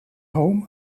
home